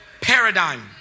paradigm